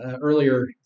earlier